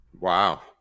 Wow